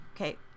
Okay